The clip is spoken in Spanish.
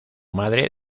madre